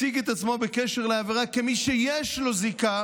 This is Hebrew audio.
מציג את עצמו בקשר לעבירה כמי שיש לו זיקה